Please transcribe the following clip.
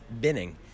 binning